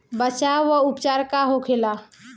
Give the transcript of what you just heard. बचाव व उपचार का होखेला?